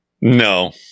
No